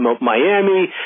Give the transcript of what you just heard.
Miami